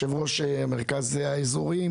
יושב-ראש המרכז האזורי,